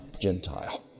Gentile